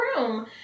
room